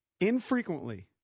infrequently